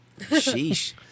Sheesh